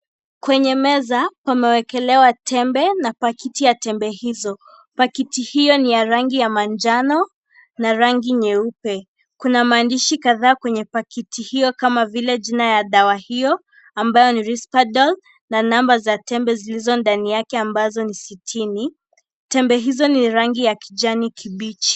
Kwenye meza pamewekelewa tembe na pakiti ya tembe hizo. Pakiti hiyo ni ya rangi ya manjano na rangi nyeupe. Kuna maandishi kadhaa kwenye pakiti hiyo kama vile jina ya dawa hiyo ambayo ni rispadol na namba za tembe zilizo ndani yake ambazo ni sitini. Tembe hizo ni rangi ya kijani kibichi.